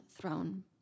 throne